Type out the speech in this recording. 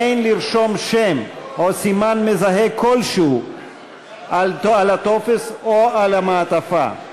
אין לרשום שם או סימן מזהה כלשהו על הטופס או על המעטפה.